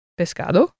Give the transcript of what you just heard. pescado